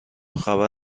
خبر